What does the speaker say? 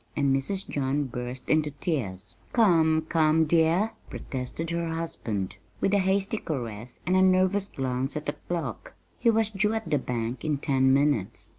and mrs. john burst into tears. come, come, dear, protested her husband, with a hasty caress and a nervous glance at the clock he was due at the bank in ten minutes.